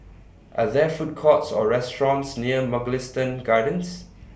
Are There Food Courts Or restaurants near Mugliston Gardens